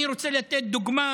אני רוצה לתת דוגמה